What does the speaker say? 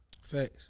Facts